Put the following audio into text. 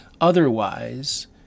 otherwise